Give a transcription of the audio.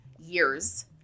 years